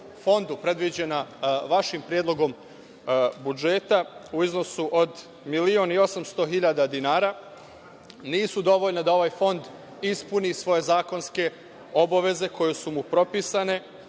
fondu predviđena vašim predlogom budžeta, u iznosu od milion i 800 hiljada dinara, nisu dovoljna da ovaj fond ispuni svoje zakonske obaveze koje su mu propisane,